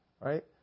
right